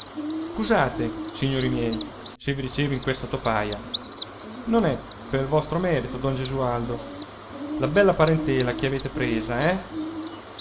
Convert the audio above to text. scusate signori miei se vi ricevo in questa topaia non è pel vostro merito don gesualdo la bella parentela che avete presa eh